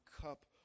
cup